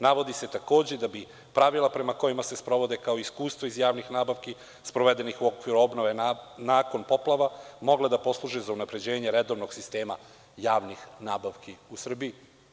Navodi se, takođe, da bi pravila prema kojima se sprovode, kao i iskustvo iz javnih nabavki sprovedenih u okviru obnove nakon poplava mogle da posluže za unapređenje redovnog sistema javnih nabavki u Srbiji.